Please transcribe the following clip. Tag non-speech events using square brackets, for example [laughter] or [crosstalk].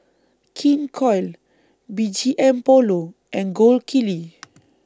King Koil B G M Polo and Gold Kili [noise]